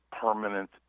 permanent